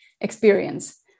experience